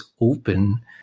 open